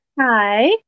Hi